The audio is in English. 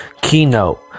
Keynote